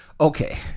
Okay